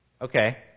Okay